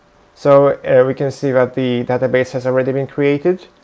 so we can see that the database has already been created.